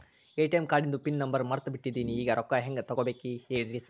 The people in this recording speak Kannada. ಎ.ಟಿ.ಎಂ ಕಾರ್ಡಿಂದು ಪಿನ್ ನಂಬರ್ ಮರ್ತ್ ಬಿಟ್ಟಿದೇನಿ ಈಗ ರೊಕ್ಕಾ ಹೆಂಗ್ ತೆಗೆಬೇಕು ಹೇಳ್ರಿ ಸಾರ್